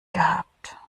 gehabt